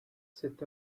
cet